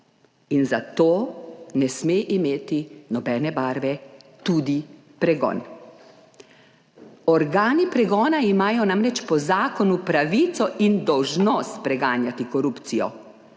in za to ne sme imeti nobene barve tudi pregon. Organi pregona imajo namreč po zakonu pravico in dolžnost preganjati korupcijo.